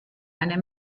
eine